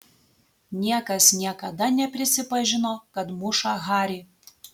niekas niekada neprisipažino kad muša harį